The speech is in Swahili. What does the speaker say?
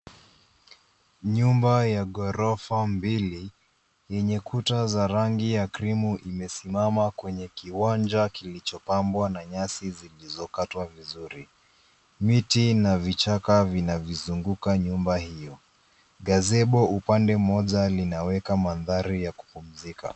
Nyumba ya ghorofa mbili yenye kuta za rangi ya krimu imesimama kwenye kiwanja kilichopambwa na nyasi zilizokatwa vizuri. Miti na vichaka vinavizunguka nyumba hiyo. Gazebo upande mmoja, linaweka mandhari ya kupumzika.